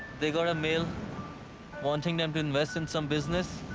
they got a mail wanting them to invest in some business.